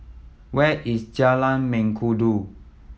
where is Jalan Mengkudu